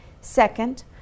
Second